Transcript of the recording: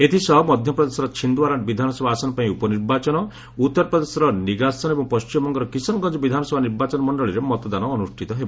ଏଥିସହ ମଧ୍ୟପ୍ରଦେଶର ଛିନ୍ଦ୍ୱାରା ବିଧାନସଭା ଆସନ ପାଇଁ ଉପନିର୍ବାଚନ ଉତ୍ତର ପ୍ରଦେଶର ନିଗାସନ ଏବଂ ପଶ୍ଚିମବଙ୍ଗର କିଷନଗଞ୍ଜ ବିଧାନସଭା ନିର୍ବାଚନ ମଣ୍ଡଳୀରେ ମତଦାନ ଅନୁଷ୍ଠିତ ହେବ